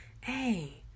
hey